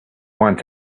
want